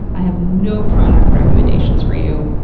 i have no product recommendations for you,